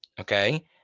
Okay